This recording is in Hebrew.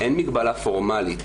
אמרתי שאין מגבלה פורמלית,